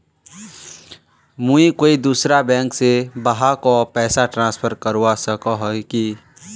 मुई कोई दूसरा बैंक से कहाको पैसा ट्रांसफर करवा सको ही कि?